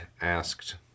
asked